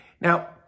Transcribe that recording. Now